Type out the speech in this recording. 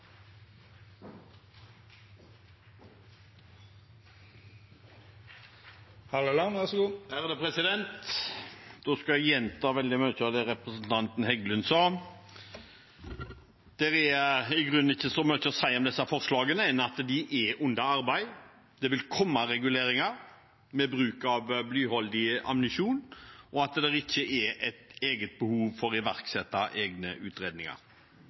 Da skal jeg gjenta veldig mye av det representanten Heggelund sa. Det er i grunnen ikke så mye annet å si om disse forslagene enn at de er under arbeid, at det vil komme reguleringer om bruk av blyholdig ammunisjon, og at det ikke er behov for å iverksette egne utredninger.